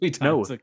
No